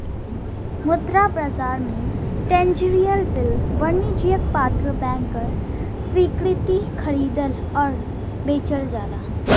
मुद्रा बाजार में ट्रेज़री बिल वाणिज्यिक पत्र बैंकर स्वीकृति खरीदल आउर बेचल जाला